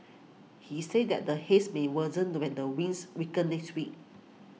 he said that the Haze may worsen when the winds weaken next week